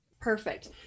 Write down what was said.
Perfect